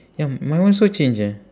ya my one also change eh